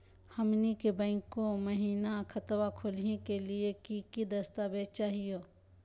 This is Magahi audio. हमनी के बैंको महिना खतवा खोलही के लिए कि कि दस्तावेज चाहीयो?